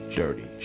dirty